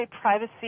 privacy